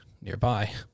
nearby